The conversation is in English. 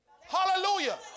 Hallelujah